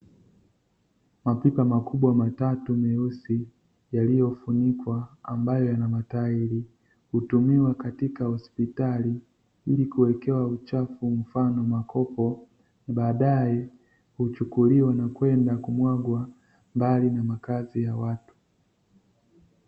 Mapipa makubwa matatu meusi yaliyofunikwa, ambayo yana matairi, hutumiwa katika hospitali ili kuwekewa uchafu, mfano; makopo, baadaye huchukuliwa na kwenda kumwagwa mbali na makazi ya watu.